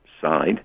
side